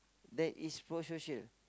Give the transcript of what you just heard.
that is prosocial